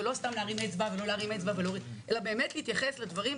ולא סתם להרים אצבע אלא באמת להתייחס לדברים.